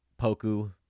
Poku